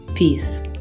Peace